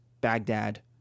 Baghdad